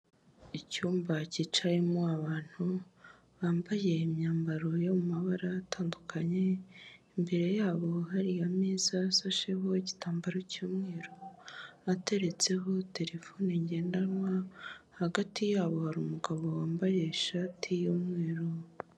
Icyumba kicayemo abantu bambaye imyambaro yo mabara atandukanye, imbere yabo hari ameza asasheho igitambaro cyu'mweru, ateretseho terefone ngendanwa, hagati yabo hari umugabo wambaye ishati y'umweru.